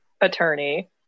attorney